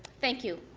thank you.